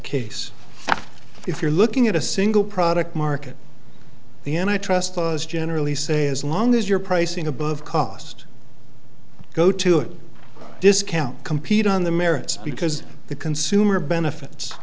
case if you're looking at a single product market the end i trust was generally say as long as you're pricing above cost go to a discount compete on the merits because the consumer benefits